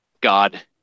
God